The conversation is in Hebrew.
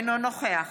אינו נוכח